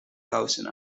kousen